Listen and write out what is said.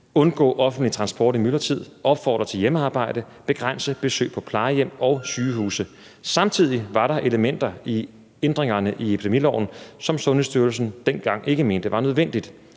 undgå offentlig transport i myldretiden, opfordre til hjemmearbejde og begrænse besøg på plejehjem og sygehuse. Samtidig var der elementer i ændringerne i epidemiloven, som Sundhedsstyrelsen dengang ikke mente var nødvendige.